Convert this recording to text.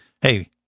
hey